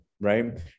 right